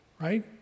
right